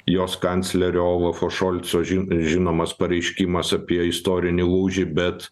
jos kanclerio olafo šolco žin žinomas pareiškimas apie istorinį lūžį bet